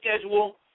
schedule